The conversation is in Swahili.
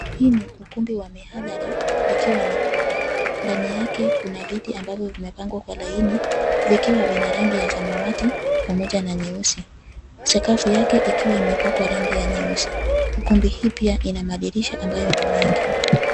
Hii ni ukumbi wa mihadhara ikiwa ni kubwa. Ndani yake kuna viti ambayo vimepangwa kwa laini vikiwa vina rangi ya samawati pamoja na nyeusi, sakafu yake ikiwa imepakwa rangi ya nyeusi. Ukumbi hii pia ina madirisha ambayo ni mengi.